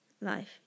life